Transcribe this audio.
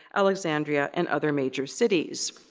alexandria and other major cities.